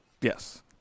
Yes